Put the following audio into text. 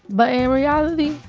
but in reality,